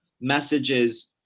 messages